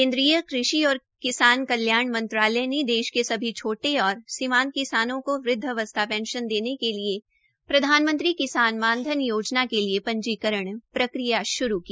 केन्द्रीय कृषि और किसान कल्याण मंत्रालय ने देश के सभी छोटे और सीमांत किसानों के वृदावस्था पेंशन देने के लिए प्रधानमंत्री किसान मान धन योजना के लिये पंजीकरण प्रक्रिया शुरू की